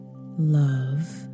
love